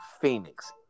Phoenix